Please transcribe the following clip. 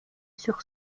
sur